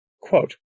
Quote